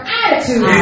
attitude